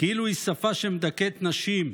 כאילו היא שפה שמדכאת נשים,